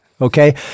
Okay